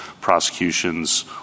prosecutions